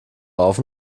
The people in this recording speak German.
rauf